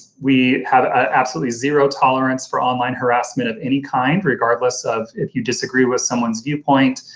we have absolutely zero tolerance for online harassment of any kind, regardless of if you disagree with someone's viewpoint.